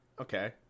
Okay